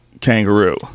kangaroo